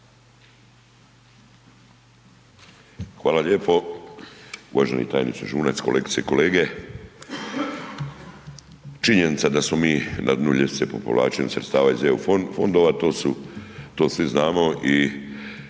Hvala lijepo. Uvaženi tajniče Žunac, kolegice i kolege, činjenica da smo mi na dnu ljestvice po povlačenju sredstava iz EU fondova, to svi znamo i